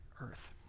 earth